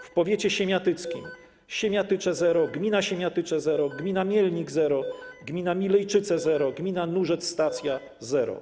W powiecie siemiatyckim: Siemiatycze - zero, gmina Siemiatycze - zero, gmina Mielnik - zero, gmina Milejczyce - zero, gmina Nurzec-Stacja - zero.